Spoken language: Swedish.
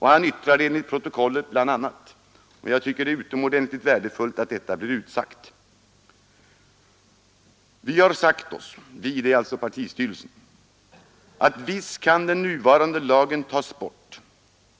Han yttrade enligt protokollet bl.a. följande — jag tycker att det är utomordentligt värdefullt att detta blir utsagt: ”Vi” — alltså partistyrelsen — ”har sagt oss att visst kan den nuvarande lagen tas bort.